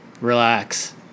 relax